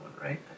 right